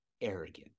arrogant